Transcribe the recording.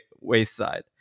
wayside